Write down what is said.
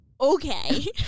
Okay